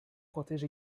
protège